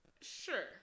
Sure